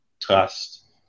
trust